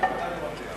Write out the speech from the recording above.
בוודאי לא מליאה.